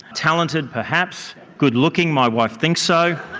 talented perhaps, good looking, my wife thinks so,